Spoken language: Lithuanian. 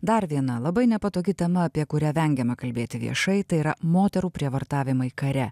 dar viena labai nepatogi tema apie kurią vengiame kalbėti viešai tai yra moterų prievartavimai kare